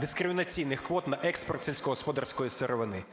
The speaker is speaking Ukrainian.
дискримінаційних квот на експорт сільськогосподарської сировини.